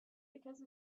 because